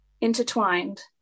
intertwined